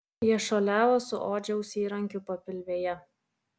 jie šuoliavo su odžiaus įrankiu papilvėje